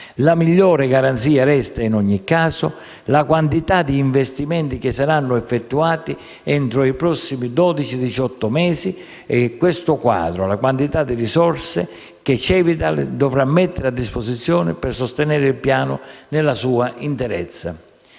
La migliore garanzia resta, in ogni caso, la quantità di investimenti che saranno effettuati entro i prossimi dodici-diciotto mesi e, in questo quadro, la quantità di risorse che Cevital dovrà mettere a disposizione per sostenere il piano nella sua interezza.